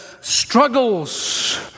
struggles